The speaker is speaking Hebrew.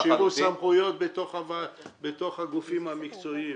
תשאירו סמכויות בגופים המקצועיים.